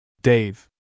Dave